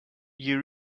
you